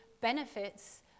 benefits